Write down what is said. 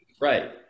Right